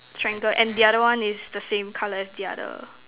triangle and the other one is the same colour as the other